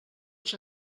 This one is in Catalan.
els